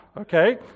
okay